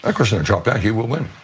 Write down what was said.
ah drop out, he will win.